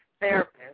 therapist